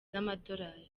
z’amadolari